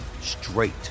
straight